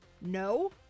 no